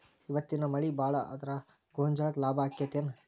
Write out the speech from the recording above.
ಇವತ್ತಿನ ಮಳಿ ಭಾಳ ಆದರ ಗೊಂಜಾಳಕ್ಕ ಲಾಭ ಆಕ್ಕೆತಿ ಏನ್?